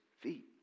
feet